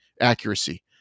accuracy